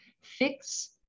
Fix